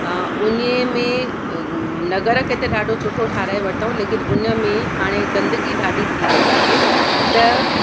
हुन में नगर के त ॾाढो सुठो ठाहिराए वर्तऊं लेकिनि हुन में हाणे गंदगी ॾाढी थी वेई आहे त